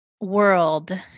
world